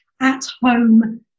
at-home